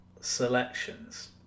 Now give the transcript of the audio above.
selections